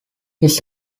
his